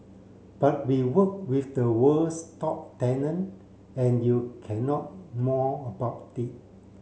but we work with the world's top talent and you cannot moan about it